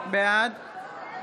בעד סימון